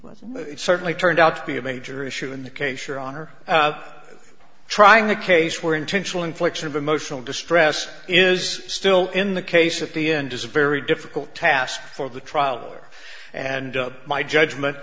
was certainly turned out to be a major issue in the case your honor up trying the case where intentional infliction of emotional distress is still in the case at the end is a very difficult task for the trial or and my judgment